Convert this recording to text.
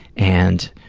and